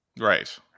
Right